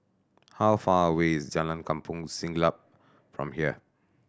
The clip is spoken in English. how far away is Jalan Kampong Siglap from here